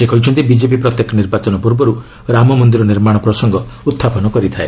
ସେ କହିଛନ୍ତି ବିଜେପି ପ୍ରତ୍ୟେକ ନିର୍ବାଚନ ପୂର୍ବରୁ ରାମମନ୍ଦିର ନିର୍ମାଣ ପ୍ରସଙ୍ଗ ଉହ୍ରାପନ କରିଥାଏ